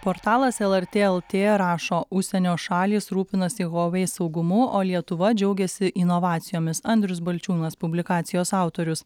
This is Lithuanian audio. portalas lrt lt rašo užsienio šalys rūpinasi huawei saugumu o lietuva džiaugiasi inovacijomis andrius balčiūnas publikacijos autorius